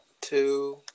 Two